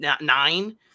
nine